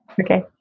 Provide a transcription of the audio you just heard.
Okay